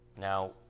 Now